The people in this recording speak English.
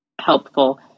helpful